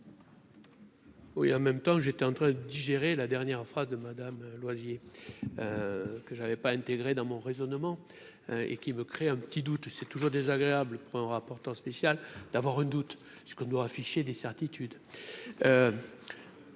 Oui, en même temps, j'étais en train de digérer la dernière phrase de madame Loisier que j'avais pas intégré dans mon raisonnement et qui me crée un petit doute, c'est toujours désagréable pour un rapporteur spécial d'avoir un doute, ce qu'on doit afficher des certitudes